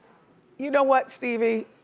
you know what, stevie,